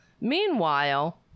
Meanwhile